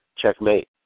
checkmate